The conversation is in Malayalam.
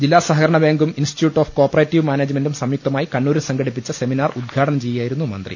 ജില്ലാസഹകരണബാങ്കും ഇൻസ്റ്റിറ്റ്യൂട്ട് ഓഫ് കോപ്പറേറ്റീവ് മാനേ ജ്മെന്റും സംയുക്തമായി കണ്ണൂരിൽ സംഘടിപ്പിച്ച സെമിനാർ ഉദ്ഘാടനം ചെയ്യുകയായിരുന്നു മന്ത്രി